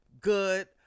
good